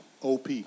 OP